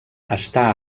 està